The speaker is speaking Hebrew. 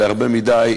להרבה מדי,